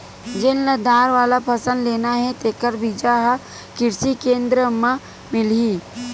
जेन ल दार वाला फसल लेना हे तेखर बीजा ह किरसी केंद्र म मिलही